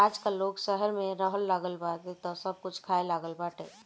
आजकल लोग शहर में रहेलागल बा तअ सब कुछ खाए लागल बाटे